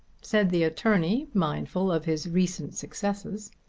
said the attorney mindful of his recent successes.